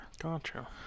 gotcha